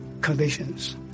conditions